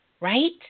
Right